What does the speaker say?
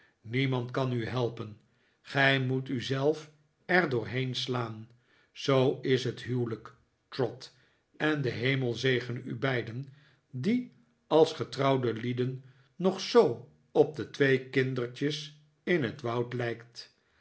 niemand kan u helpen gij moet u zelf er doorheen slaan zoo is het huwelijk trot en de hemel zegene u beiden die als getrouwde lieden nog zoo op de twee kindertjes in het woud lijkt